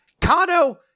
Kano